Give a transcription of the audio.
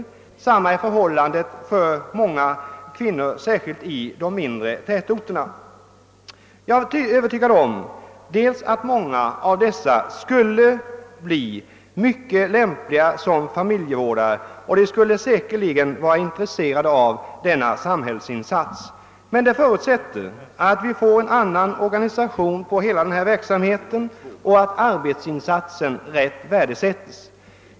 Detsamma är förhållandet med många kvinnor särskilt i de mindre tätorterna. Jag är övertygad om att många av dessa kvinnor skulle bli mycket lämpliga som familjevårdare och även skulle vara intresserade av denna samhällsinsats. Men det förutsätter att vi får en annan organisation av hela denna verksamhet och att insatserna rätt värdesättes.